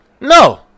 no